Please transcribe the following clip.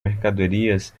mercadorias